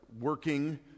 working